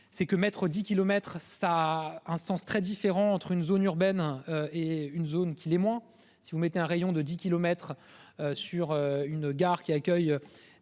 C'est que mettre 10 KM ça un sens très différents entre une zone urbaine et une zone qui l'est moins si vous mettez un rayon de 10 kilomètres sur une gare qui accueille